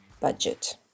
budget